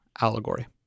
allegory